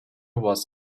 was